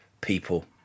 people